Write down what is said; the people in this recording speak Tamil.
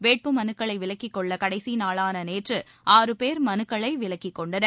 வேட்பு மனுக்களை விலக்கி கொள்ள கடைசி நாளான நேற்று ஆறு பேர் மனுக்களை விலக்கிக்கொண்டனர்